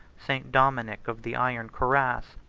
st. dominic of the iron cuirass,